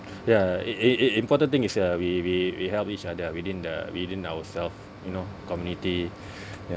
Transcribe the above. ya it it it important thing is uh we we we help each other within the within ourself you know community ya